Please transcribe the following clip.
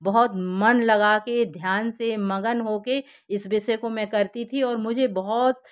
बहुत मन लगाके ध्यान से मगन होके इस विषय को मैं करती थी और मुझे बहुत